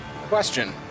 Question